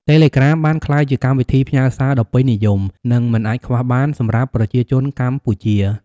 តេឡេក្រាមបានក្លាយជាកម្មវិធីផ្ញើសារដ៏ពេញនិយម និងមិនអាចខ្វះបានសម្រាប់ប្រជាជនកម្ពុជា។